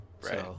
Right